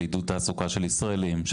לעידוד תעסוקה של הישראלים,